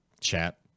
Chat